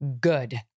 good